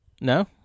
No